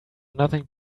nothing